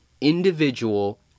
individual